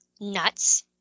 nuts